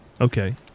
Okay